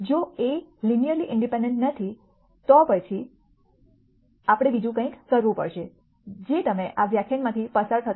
જો A ની linearly independent નથી તો પછી આપણે બીજું કંઇક કરવું પડશે જે તમે આ વ્યાખ્યાનમાંથી પસાર થતા જ જોશો